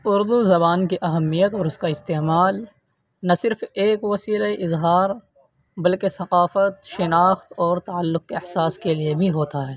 اردو زبان کی اہمیت اور اس کا استعمال نہ صرف ایک وسیلۃ اظہار بلکہ ثقافت شناخت اور تعلق کے احساس کے لیے بھی ہوتا ہے